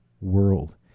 world